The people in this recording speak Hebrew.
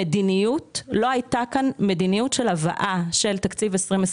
לא הייתה כאן מדיניות של הבאה של תקציב 2023,